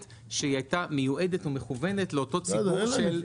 שהייתה מיועדת ומכוונת לאותו ציבור של צרכנים.